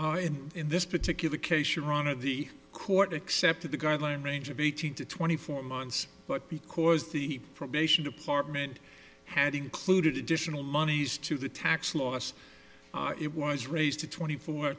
and in this particular case your run of the court accepted the guideline range of eighteen to twenty four months but because the probation department had included additional monies to the tax loss it was raised to twenty four